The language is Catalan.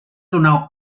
donar